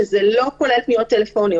שלא כולל פניות טלפוניות,